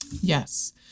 Yes